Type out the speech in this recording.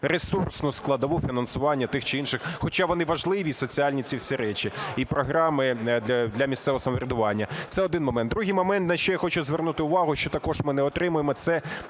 ресурсну складову фінансування тих чи інших, хоча вони важливі, соціальні ці всі речі і програми для місцевого самоврядування. Це один момент. Другий момент, на що я хочу звернути увагу, що також ми не отримаємо, це